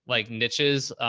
like niches,